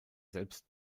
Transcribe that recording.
selbst